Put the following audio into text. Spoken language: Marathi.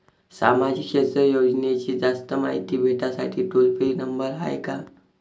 सामाजिक क्षेत्र योजनेची जास्त मायती भेटासाठी टोल फ्री नंबर हाय का?